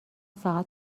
فقط